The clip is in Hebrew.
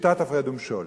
בשיטת הפרד ומשול.